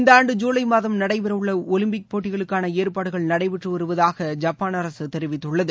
இந்த ஆண்டு ஜூலை மாதம் நடைபெற உள்ள ஒலிம்பிக் போட்டிகளுக்கான ஏற்பாடுகள் நடைபெற்று வருவதாக ஐப்பான் அரசு தெரிவித்துள்ளது